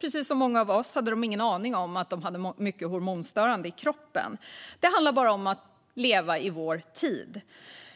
Precis som många av oss hade de ingen aning om att de hade mycket hormonstörande ämnen i kroppen. Det handlar bara om att leva i vår tid.